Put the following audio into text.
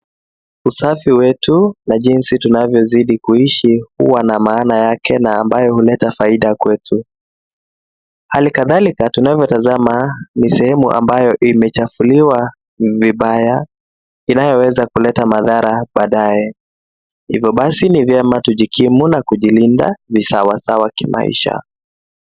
Usafi wetu na jinsi tunavyozidi kuishi, huwa na maana yake na ambayo huleta faida kwetu. Hali kadhalika tunavyotazama ni sehemu ambayo imechafuliwa vibaya inayoweza kuleta madhara baadaye. Hivyo basi ni vyema tukijikimu na kujilinda visawasawa kimaisha.